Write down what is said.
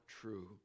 true